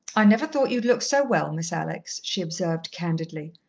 i never thought you'd look so well, miss alex, she observed candidly.